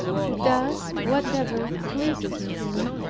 who does whatever pleases him,